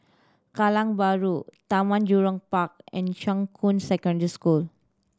Kallang Bahru Taman Jurong Park and Shuqun Secondary School